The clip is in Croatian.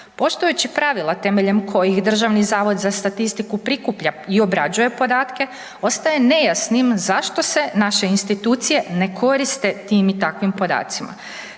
Poštujući pravila temeljem kojih Državni zavod za statistiku prikuplja i obrađuje podatke ostaje nejasnim zašto se naše institucije ne koriste tim i takvim podacima?